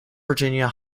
virginia